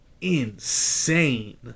insane